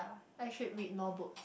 I should read more book